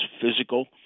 physical